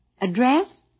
Address